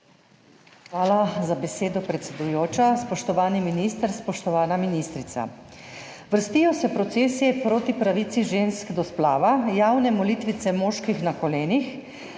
Hvala za besedo, predsedujoča. Spoštovani minister, spoštovana ministrica! Vrstijo se procesi proti pravici žensk do splava, javne molitvice moških na kolenih,